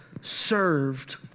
served